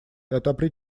отопри